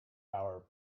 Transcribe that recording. hour